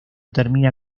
termina